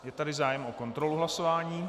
Je tady zájem o kontrolu hlasování.